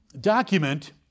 document